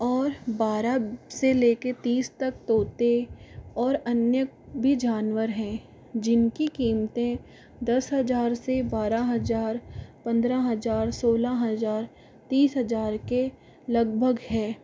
और बारह से लेके तीस तक तोते और अन्य भी जानवर हैं जिनकी कीमतें दस हज़ार से बारह हज़ार पंद्रह हज़ार सोलह हजार तीस हज़ार के लगभग है